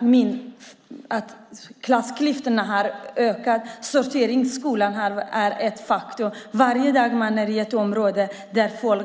Jo, klassklyftorna ökar, och sorteringsskolan är ett faktum. Varje gång man är i ett område som